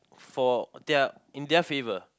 for their in their favor